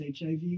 HIV